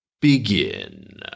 Begin